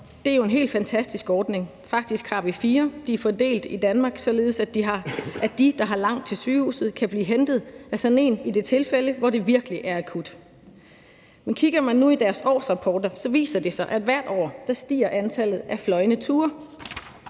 er jo en helt fantastisk ordning. Faktisk har vi fire, som er fordelt i Danmark, således at de, der har langt til sygehuset, kan blive hentet af dem i det tilfælde, hvor det virkelig er akut. Men kigger man nu i deres årsrapporter, viser det sig, at antallet af fløjne ture